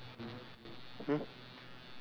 then what's special is that right like